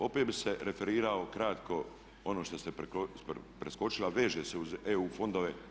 Opet bi se referirao kratko o onom što ste preskočili a veže se uz EU fondove.